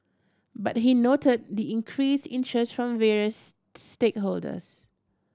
but he noted the increased interest from various stakeholders